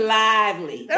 lively